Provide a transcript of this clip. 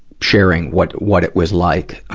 sharing. what, what it was like.